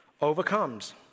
overcomes